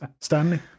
Stanley